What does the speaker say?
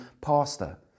pastor